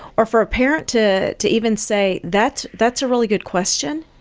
or for a parent to to even say, that's that's a really good question,